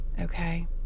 okay